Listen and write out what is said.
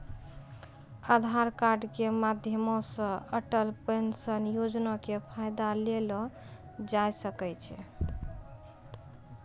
आधार कार्ड के माध्यमो से अटल पेंशन योजना के फायदा लेलो जाय सकै छै